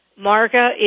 Marga